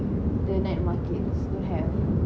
the night markets don't have